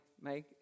make